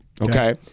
Okay